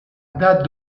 date